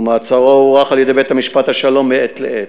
ומעצרו הוארך על-ידי בית-משפט השלום מעת לעת.